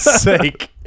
sake